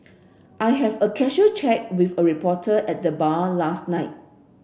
I have a casual chat with a reporter at the bar last night